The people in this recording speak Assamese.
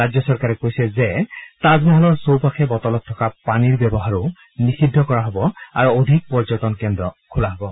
ৰাজ্য চৰকাৰে কৈছে যে তাজমহলৰ চৌপাশে বটলত থকা পানীৰ ব্যৱহাৰো নিষিদ্ধ কৰা হ'ব আৰু অধিক পৰ্যটন কেন্দ্ৰ খোলা হ'ব